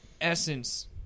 essence